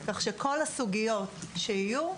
כך שכל הסוגיות שיהיו,